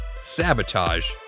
sabotage